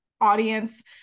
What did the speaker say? audience